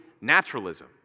naturalism